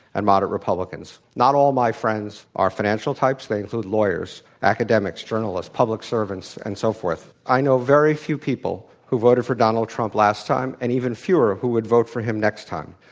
and moderate republicans. not all my friends are financial types. they include lawyers, academics, journalists, public servants, and so forth. within know very few people who voted for donald trump last time and even fewer who would vote for him next time.